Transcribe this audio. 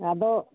ᱟᱫᱚ